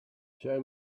show